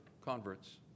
Converts